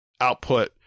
output